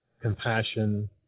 compassion